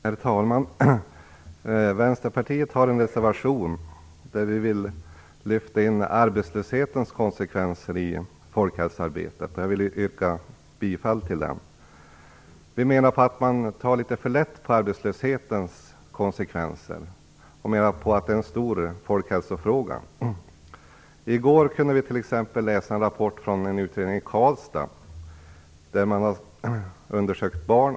Herr talman! Vänsterpartiet har en reservation där vi vill lyfta in arbetslöshetens konsekvenser i folkhälsoarbetet. Jag vill yrka bifall till den. Vi menar att man tar litet för lätt på arbetslöshetens konsekvenser. Det är en stor folkhälsofråga. I går kunde vi t.ex. läsa en rapport från en utredning gjord i Karlstad, där man har undersökt barn.